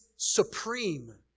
supreme